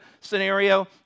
scenario